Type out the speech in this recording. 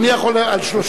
אדוני יכול על שלושה.